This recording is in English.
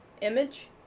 image